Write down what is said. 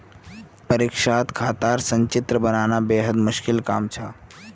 परीक्षात खातार संचित्र बनाना बेहद मुश्किल काम छ